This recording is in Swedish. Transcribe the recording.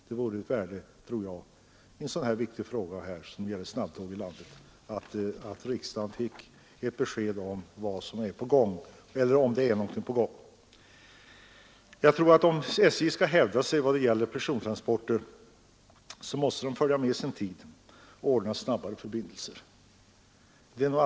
Det vore enligt min mening av värde om riksdagen i den viktiga frågan om snabbtåg här i landet fick ett besked om huruvida någonting är på gång och i så fall vad som är på gång. Jag tror att det, om SJ skall kunna hävda sig när det gäller persontransporter, är alldels nödvändigt att SJ följer med sin tid och ordnar snabbare förbindelser.